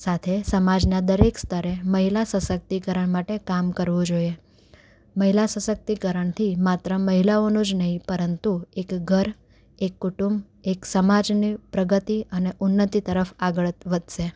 સાથે સમાજના દરેક સ્તરે મહિલા સશક્તિકરણ માટે કામ કરવું જોઈએ મહિલા સશક્તિકરણથી માત્ર મહિલાઓનો જ નહીં પરંતુ એક ઘર એક કુટુંબ એક સમાજની પ્રગતિ અને ઉન્નતિ તરફ આગળ વધશે